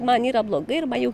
man yra blogai ir man jau